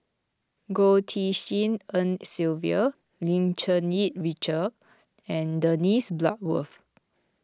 Goh Tshin En Sylvia Lim Cherng Yih Richard and Dennis Bloodworth